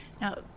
Now